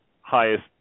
highest